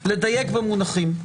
לדייק במונחים,